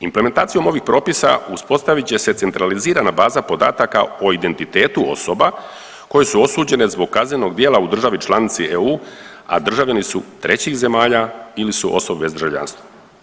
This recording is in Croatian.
Implementacijom ovih propisa uspostavit će se centralizirana baza podataka o identitetu osoba koje su osuđene zbog kaznenog djela u državi članici EU, a državljani su trećih zemalja ili su osobe s državljanstvom.